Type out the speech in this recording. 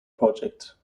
project